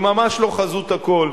היא ממש לא חזות הכול.